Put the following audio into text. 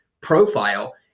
profile